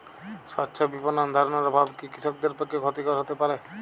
স্বচ্ছ বিপণন ধারণার অভাব কি কৃষকদের পক্ষে ক্ষতিকর হতে পারে?